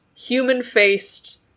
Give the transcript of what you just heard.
human-faced